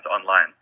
online